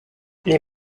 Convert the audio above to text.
les